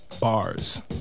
Bars